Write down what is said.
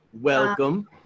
Welcome